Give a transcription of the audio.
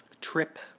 Trip